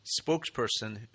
spokesperson